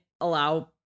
allow